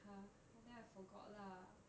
!huh! and then I forgot lah